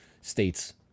states